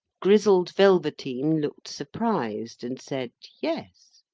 grizzled velveteen looked surprised, and said yes.